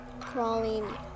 crawling